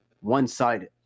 one-sided